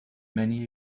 many